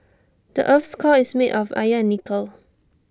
the Earth's core is made of iron and nickel